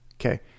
Okay